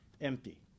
empty